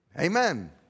Amen